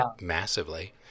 massively